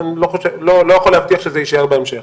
אבל אני לא יכול להבטיח שזה יישאר בהמשך.